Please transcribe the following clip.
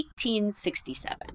1867